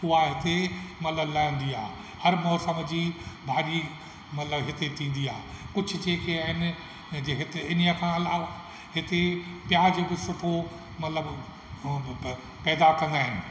उहा हिते मतलबु लहंदी आहे हर मौसम जी भाॼी मतलबु हिते थींदी आहे कुझु जेके आहिनि हिते इन्हीअ खां अलावा हिते प्याज बि सुठो मतलबु हूंदो पैदा कंदा आहिनि